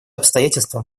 обстоятельство